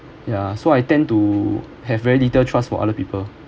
ya so I tend to have very little trust for other people